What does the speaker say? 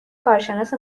کارشناس